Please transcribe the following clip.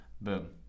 Boom